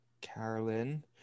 Carolyn